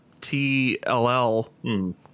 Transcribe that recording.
tll